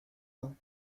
ans